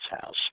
house